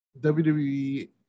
WWE